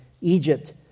Egypt